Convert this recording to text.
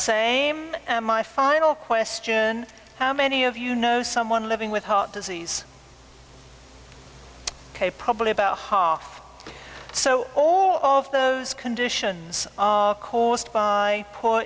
same and my final question how many of you know someone living with heart disease ok probably about half so all of those conditions are caused by po